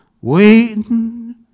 waiting